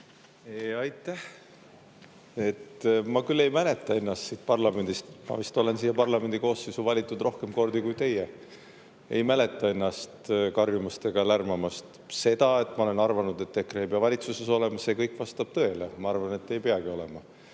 Aitäh! Ma küll ei mäleta ennast siit parlamendist – ma vist olen siia parlamendi koosseisu valitud rohkem kordi kui teie – ei mäleta ennast karjumas ega lärmamas. Seda, et ma olen arvanud, et EKRE ei pea valitsuses olemas, see kõik vastab tõele. Ma arvan, et ei peagi olema.